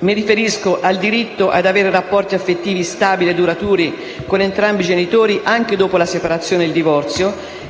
Mi riferisco al diritto di avere rapporti affettivi stabili e duraturi con entrambi i genitori anche dopo la separazione e il divorzio,